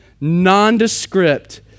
nondescript